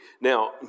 Now